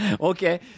Okay